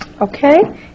Okay